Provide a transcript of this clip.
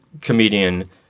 comedian